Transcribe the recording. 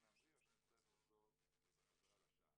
להמריא או שנצטרך לחזור בחזרה לשער".